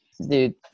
Dude